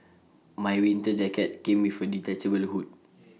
my winter jacket came with A detachable hood